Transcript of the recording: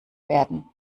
werden